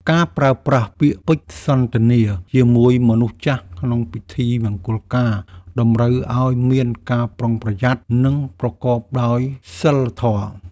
ការប្រើប្រាស់ពាក្យពេចន៍សន្ទនាជាមួយមនុស្សចាស់ក្នុងពិធីមង្គលការ តម្រូវឱ្យមានការប្រុងប្រយ័ត្ន និងប្រកបដោយសីលធម៌។